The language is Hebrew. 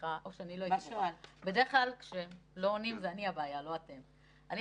עכשיו יש כאן